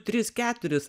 tris keturis